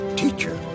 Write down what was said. teacher